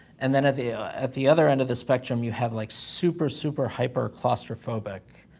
and then at the ah at the other end of the spectrum, you have, like, super, super, hyper claustrophobic